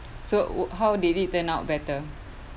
so how did it turn out better